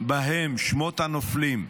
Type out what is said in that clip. בהם שמות הנופלים,